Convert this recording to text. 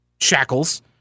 shackles